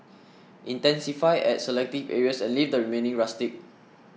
intensify at selective areas and leave the remaining rustic